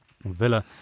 Villa